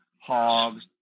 hogs